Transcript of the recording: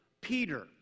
Peter